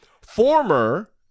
former